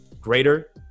greater